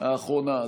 האחרונה.